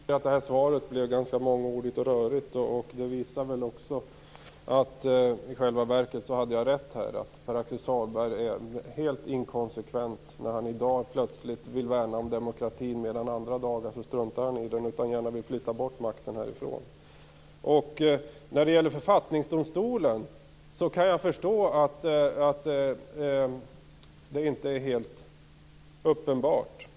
Fru talman! Jag tycker att svaret blev ganska mångordigt och rörigt. Det visar också att jag i själva verkar har rätt, att Pär-Axel Sahlberg är helt inkonsekvent när han i dag plötsligt vill värna demokratin, medan han vid andra tillfällen struntar i den och gärna vill flytta bort makten härifrån. När det gäller författningsdomstolen kan jag förstå att det hela inte är helt uppenbart.